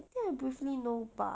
I think I briefly know bah